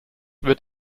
wird